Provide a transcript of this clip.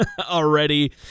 already